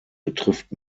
betrifft